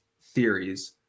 theories